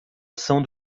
ação